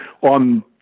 On